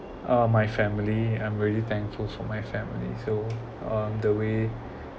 uh my family I'm really thankful for my family so um the way